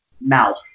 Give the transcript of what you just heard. mouth